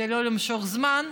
כדי לא למשוך זמן.